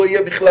לא יהיה בכלל,